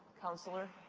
counselor?